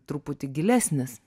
truputį gilesnis